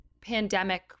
pandemic